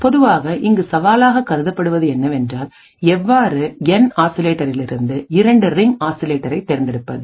பொதுவாக இங்கு சவாலாக கருதப்படுவது என்னவென்றால் எவ்வாறு என்ஆசிலேட்டரிலிருந்துஇரண்டு ரிங் ஆக்சிலேட்டரை தேர்ந்தெடுப்பது